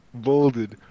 bolded